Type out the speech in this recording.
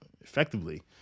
effectively